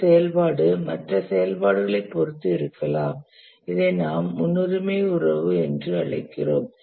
ஒரு செயல்பாடு மற்ற செயல்பாடுகளைப் பொறுத்து இருக்கலாம் இதை நாம் முன்னுரிமை உறவு என்று அழைக்கிறோம்